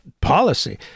policy